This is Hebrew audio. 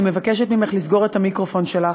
אני מבקשת ממך לסגור את המיקרופון שלך.